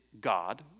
God